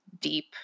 deep